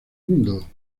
mundo